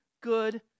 good